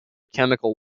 chemical